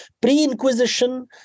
Pre-Inquisition